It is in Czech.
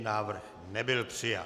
Návrh nebyl přijat.